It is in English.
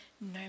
no